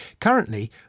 Currently